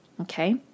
okay